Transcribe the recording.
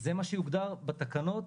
זה מה שיוגדר בתקנות,